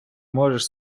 можеш